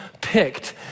picked